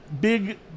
Big